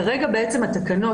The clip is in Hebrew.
כרגע התקנות,